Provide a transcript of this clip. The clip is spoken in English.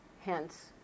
hence